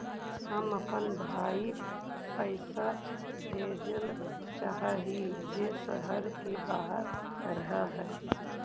हम अपन भाई पैसा भेजल चाह हीं जे शहर के बाहर रह हे